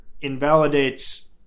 invalidates